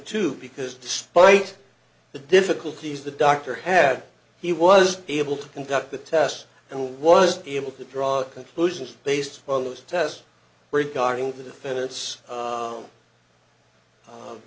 two because despite the difficulties the doctor had he was able to conduct the tests and was able to draw conclusions based on those tests regarding the